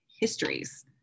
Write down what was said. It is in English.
histories